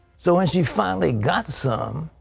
so when she finally got some,